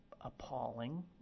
appalling